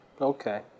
Okay